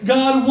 God